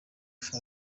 ashaka